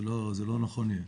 זה לא יהיה נכון.